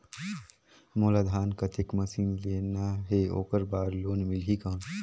मोला धान कतेक मशीन लेना हे ओकर बार लोन मिलही कौन?